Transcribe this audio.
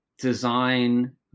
design